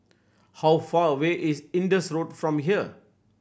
how far away is Indus Road from here